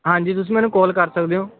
ਹਾਂਜੀ ਤੁਸੀਂ ਮੈਨੂੰ ਕੌਲ ਕਰ ਸਕਦੇ ਹੋ